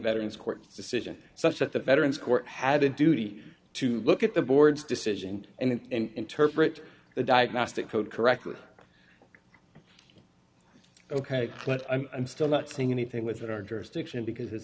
veterans court decision such that the veterans court had a duty to look at the board's decision and interpret the diagnostic code correctly ok cliff i'm still not saying anything within our jurisdiction because it